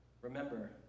Remember